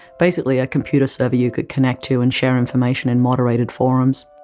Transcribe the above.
basically a computer server you could connect to and share information in moderated forums.